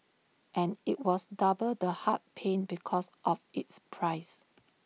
and IT was double the heart pain because of its price